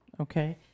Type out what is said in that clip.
okay